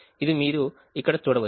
ఇది మీరు అక్కడ చూడవచ్చు